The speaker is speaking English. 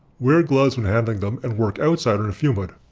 wear gloves when handling them and work outside or in a fume hood.